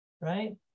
right